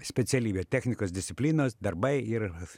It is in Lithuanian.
specialybė technikos disciplinos darbai ir